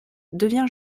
devient